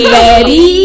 ready